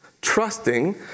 trusting